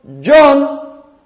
John